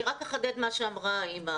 אני רק אחדד את מה שאמרה נציגת ההורים.